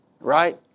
right